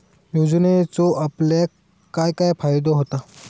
योजनेचो आपल्याक काय काय फायदो होता?